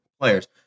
players